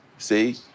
See